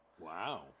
Wow